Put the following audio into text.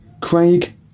Craig